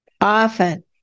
often